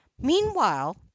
Meanwhile